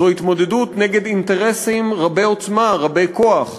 זו התמודדות נגד אינטרסים רבי-עוצמה, רבי-כוח,